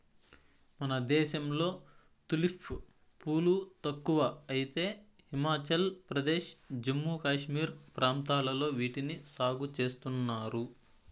మన దేశంలో తులిప్ పూలు తక్కువ అయితే హిమాచల్ ప్రదేశ్, జమ్మూ కాశ్మీర్ ప్రాంతాలలో వీటిని సాగు చేస్తున్నారు